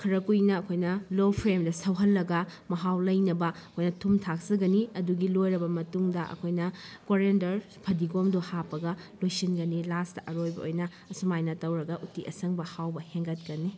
ꯈꯔ ꯀꯨꯏꯅ ꯑꯩꯈꯣꯏꯅ ꯂꯣ ꯐ꯭ꯂꯦꯝꯗ ꯁꯧꯍꯜꯂꯒ ꯃꯍꯥꯎ ꯂꯩꯅꯕ ꯑꯩꯈꯣꯏꯅ ꯊꯨ ꯊꯥꯛꯆꯒꯅꯤ ꯑꯗꯨꯒꯤ ꯂꯣꯏꯔꯕ ꯃꯇꯨꯡꯗ ꯑꯩꯈꯣꯏꯅ ꯀꯣꯔꯤꯌꯟꯗꯔ ꯐꯗꯤꯒꯣꯝꯗꯣ ꯍꯥꯞꯄꯒ ꯂꯣꯏꯁꯤꯟꯒꯅꯤ ꯂꯥꯁꯇ ꯑꯔꯣꯏꯕ ꯑꯣꯏꯅ ꯑꯁꯨꯃꯥꯏꯅ ꯇꯧꯔꯒ ꯎꯇꯤ ꯑꯁꯪꯕ ꯍꯥꯎꯕ ꯍꯦꯟꯒꯠꯀꯅꯤ